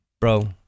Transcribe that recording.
bro